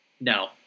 No